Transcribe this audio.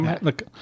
Look